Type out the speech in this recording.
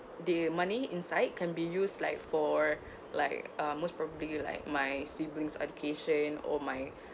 the money inside can be used like for like uh most probably like my siblings education or my